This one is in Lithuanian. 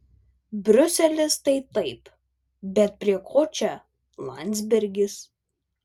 briuselis tai taip bet prie ko čia landsbergis